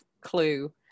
clue